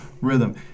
rhythm